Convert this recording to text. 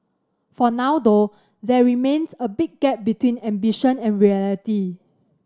for now though there remains a big gap between ambition and reality